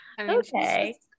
okay